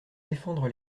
défendre